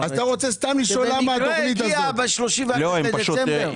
שבמקרה הגיעה ב-31 בדצמבר?